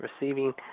receiving